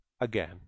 again